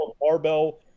barbell